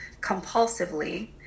compulsively